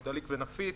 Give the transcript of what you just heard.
הוא דליק ונפיץ.